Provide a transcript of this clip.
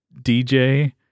DJ